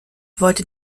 wollte